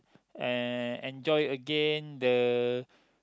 and enjoy again the